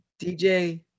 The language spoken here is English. DJ